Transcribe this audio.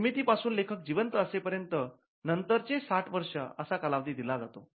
निर्मिती पासून लेखक जिवंत असे पर्यंत आणि नंतरचे ६० वर्ष असा कालावधी दिला जातो